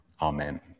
Amen